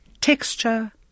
texture